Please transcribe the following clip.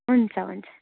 हुन्छ हुन्छ